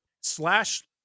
Slash